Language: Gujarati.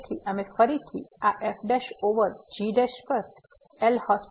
તેથી અમે ફરીથી આ f' ઓવર g' પર એલ